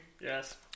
Yes